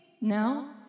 No